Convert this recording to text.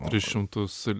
tris šimtus